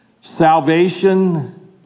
salvation